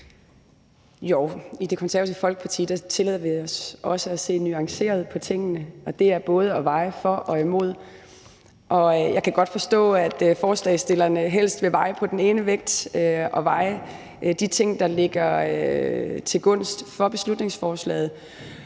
Jo, i Det Konservative Folkeparti tillader vi os også at se nuanceret på tingene, og det er både det at veje for og imod. Og jeg kan godt forstå, at forslagsstillerne helst vil veje på den ene vægt og veje de ting, som ligger til gunst for beslutningsforslaget,